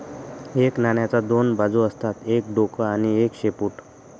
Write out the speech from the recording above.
एका नाण्याच्या दोन बाजू असतात एक डोक आणि एक शेपूट